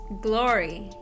glory